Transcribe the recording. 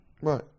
Right